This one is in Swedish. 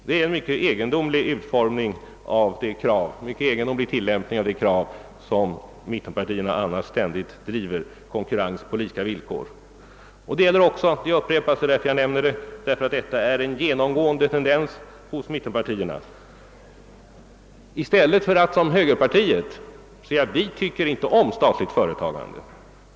Det är en mycket egendomlig tillämpning av det krav på konkurrens på lika villkor, som mittenpartierna annars ständigt driver. Detta är en genomgående tendens hos mittenpartierna. De säger inte som högerpartiet: Vi tycker inte om statligt företagande.